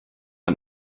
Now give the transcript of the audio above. man